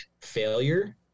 failure